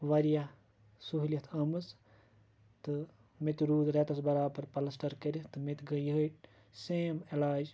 وارِیاہ سہولِیَت آمٕژ تہٕ مےٚ تہِ رود ریٚتَس بَرابَر پَلَسٹَر کٔرِتھ تہٕ مےٚ تہِ گٔے یہے سیم عٮ۪لاج